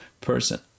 person